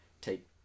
take